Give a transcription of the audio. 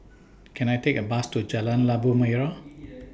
Can I Take A Bus to Jalan Labu Merah